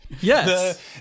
Yes